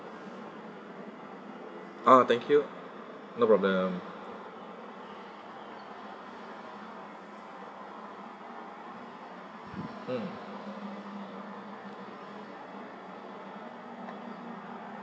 oh thank you no problem mm